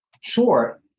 Sure